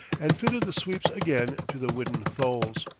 and fitted the sweeps again to the wooden tholes.